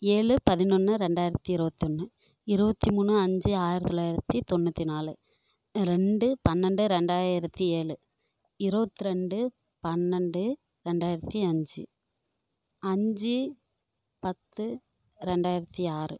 ஏழு பதினொன்று ரெண்டாயிரத்தி இருபத்தொன்னு இருபத்தி மூணு அஞ்சு ஆயிரத்தி தொள்ளாயிரத்தி தொண்ணூற்றி நாலு ரெண்டு பன்னெண்டு ரெண்டாயிரத்தி ஏழு இருபத்ரெண்டு பன்னெண்டு ரெண்டாயிரத்தி அஞ்சு அஞ்சு பத்து ரெண்டாயிரத்தி ஆறு